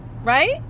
right